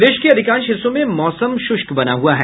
प्रदेश के अधिकांश हिस्सों में मौसम शुष्क बना हुआ है